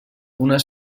unes